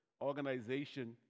organization